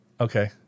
Okay